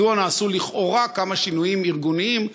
מדוע נעשו לכאורה כמה שינויים ארגוניים.